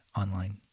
online